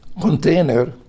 container